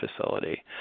facility